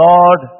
Lord